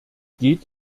geht